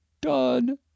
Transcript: done